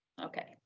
Okay